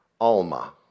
alma